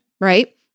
Right